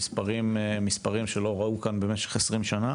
המספרים הם כאלו שלא נראו במשך 20 שנים,